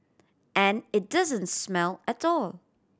and it doesn't smell at all